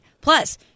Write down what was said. Plus